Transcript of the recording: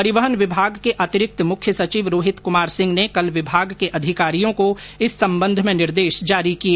परिवहन विभाग के अतिरिक्त मुख्य सचिव रोहित कुमार सिंह ने कल विभाग के अधिकारियों को इस संबंध में निर्देश जारी किए